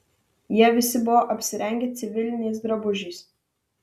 jie visi buvo apsirengę civiliniais drabužiais